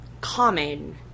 common